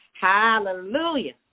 Hallelujah